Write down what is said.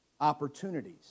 opportunities